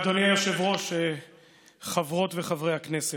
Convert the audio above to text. אדוני היושב-ראש, חברות וחברי הכנסת,